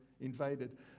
invaded